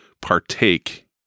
partake